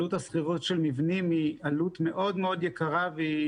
עלות השכירות של מבנים היא יקרה מאוד והיא